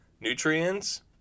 Nutrients